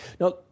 Now